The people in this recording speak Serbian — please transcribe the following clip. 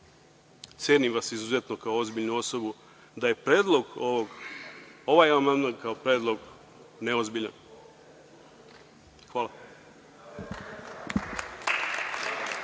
cenim vas izuzetno kao ozbiljnu osobu, da je ovaj amandman kao predlog neozbiljan. Hvala.